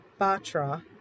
Batra